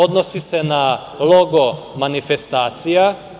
Odnosi se na log manifestacija.